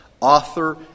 author